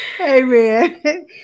Amen